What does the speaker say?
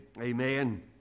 Amen